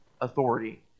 authority